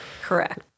correct